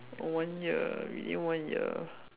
one year within one year